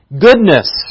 goodness